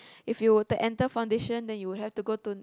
if you were to enter foundation then you would have to go to